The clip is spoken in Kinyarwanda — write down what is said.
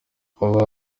vuba